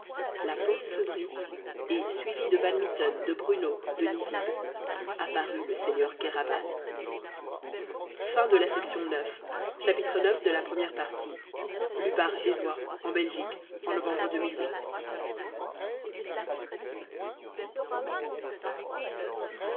la porte s'ouvrit et suivi de van mitten de bruno de nizib apparut le seigneur kéraban